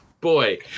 Boy